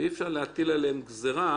אי-אפשר להטיל עליהם גזירה